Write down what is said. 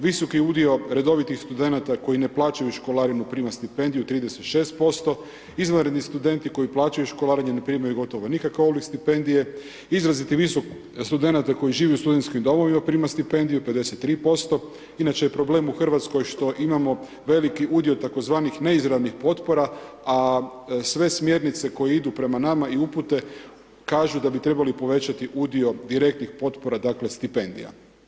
Visoki udio redovitih studenata koji ne plaćaju školarinu, prima stipendiju 36%, izvanredni studenti koji plaćaju školarinu ne primaju gotovo nikakve ... stipendije, izrazito ... studenata koji žive u studentskim domovina prima stipendiju 53%, inače je problem u Hrvatskoj što imamo veliki udio tzv. neizravnih potpora a sve smjernice koje idu prema nama i upute, kažu da bi trebali povećati udio direktnih potpora dakle stipendija.